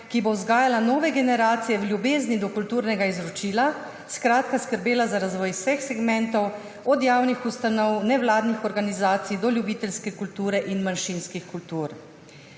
ki bo vzgajala nove generacije v ljubezni do kulturnega izročila, skratka skrbela za razvoj vseh segmentov, od javnih ustanov, nevladnih organizacij do ljubiteljske kulture in manjšinskih kultur.